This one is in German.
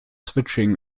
switching